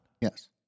Yes